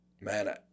man